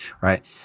right